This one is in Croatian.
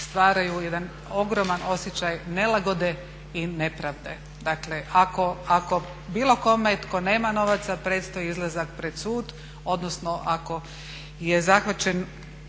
stvaraju jedan ogroman osjećaj nelagode i nepravde. Dakle, ako bilo kome tko nema novaca predstoji izlazak pred sud odnosno ako je zahvaćen